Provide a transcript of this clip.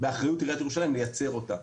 באחריות עיריית ירושלים, לייצר אותה.